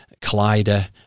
collider